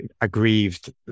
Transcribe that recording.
aggrieved